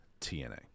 TNA